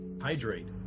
Hydrate